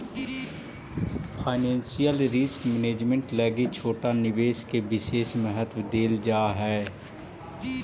financial risk management लगी छोटा निवेश के विशेष महत्व देल जा हई